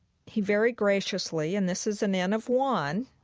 he very graciously, and this is an n of one,